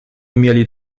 mieli